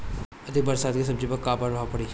अधिक बरसात के सब्जी पर का प्रभाव पड़ी?